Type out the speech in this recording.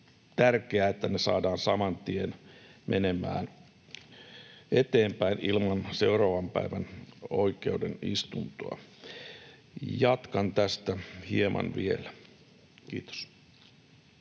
tärkeää, että ne saadaan saman tien menemään eteenpäin ilman seuraavan päivän oikeuden istuntoa. Jatkan tästä hieman vielä. — Kiitos.